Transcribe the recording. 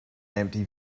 empty